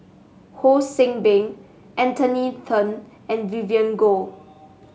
Ho See Beng Anthony Then and Vivien Goh